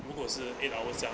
如果是 eight hours 这样